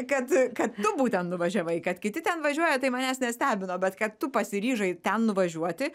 kad kad tu būtent nuvažiavai kad kiti ten važiuoja tai manęs nestebino bet kad tu pasiryžai ten nuvažiuoti